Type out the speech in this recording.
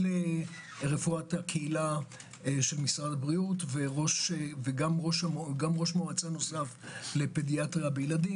רפואת הקהילה של משרד הבריאות וגם ראש מועצה נוסף לפדיאטריה בילדים,